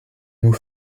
nous